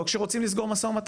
לא כשרוצים לסגור מו"מ.